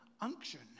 unction